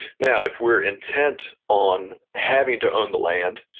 now, if we're intent on having to own the land,